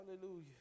Hallelujah